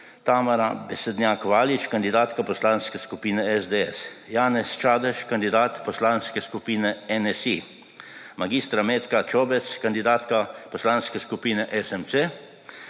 Besednjak Valič kandidatka Poslanske skupine SDS, Janez Čadež kandidat Poslanske skupine NSi, mag. Metka Čobec kandidatka Poslanske skupine SMC,